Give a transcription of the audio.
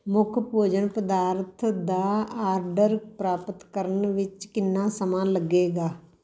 ਮੁੱਖ ਭੋਜਨ ਪਦਾਰਥ ਦਾ ਆਰਡਰ ਪ੍ਰਾਪਤ ਕਰਨ ਵਿੱਚ ਕਿੰਨਾ ਸਮਾਂ ਲੱਗੇਗਾ